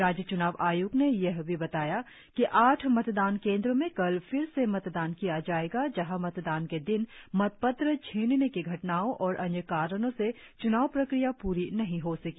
राज्य च्नाव आय्क्त ने यह भी बताया कि आठ मतदान केंद्रो में कल फिर से मतदान किया जाएगा जहाँ मतदान के दिन मतपत्र छीनने की घटनाओ और अन्य कारणों से च्नाव प्रक्रिया पूरी नही हो सकी